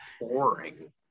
boring